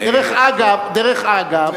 דרך אגב, דרך אגב,